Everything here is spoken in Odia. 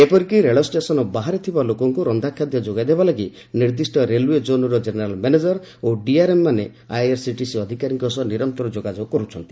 ଏପରିକି ରେଳ ଷ୍ଟେସନ ବାହାରେ ଥିବା ଲୋକଙ୍କୁ ରନ୍ଧାଖାଦ୍ୟ ଯୋଗାଇ ଦେବା ଲାଗି ନିର୍ଦ୍ଦିଷ୍ଟ ରେଲୱେ ଜୋନ୍ର ଜେନେରାଲ୍ ମ୍ୟାନେଜର ଓ ଡିଆର୍ଏମ୍ମାନେ ଆଇଆର୍ସିଟିସି ଅଧିକାରୀଙ୍କ ସହ ନିରନ୍ତର ଯୋଗାଯୋଗ କରୁଛନ୍ତି